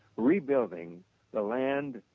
rebuilding the land,